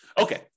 Okay